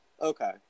okay